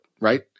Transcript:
right